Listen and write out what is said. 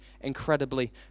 incredibly